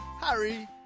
Harry